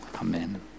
Amen